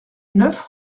neuf